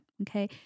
Okay